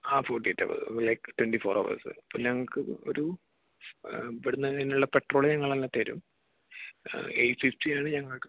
ആ forty eight hours like twenty four hours ഇപ്പം ഞങ്ങൾക്ക് ഒരു ഇവിടുന്ന് അതിനുള്ള പെട്രോൾ ഞങ്ങളങ്ങ് തരും എയിറ്റ് ഫിഫ്റ്റി ആണ് ഞങ്ങൾക്ക്